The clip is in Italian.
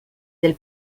del